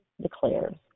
declares